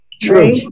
True